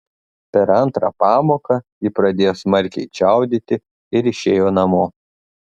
per antrą pamoką ji pradėjo smarkiai čiaudėti ir išėjo namo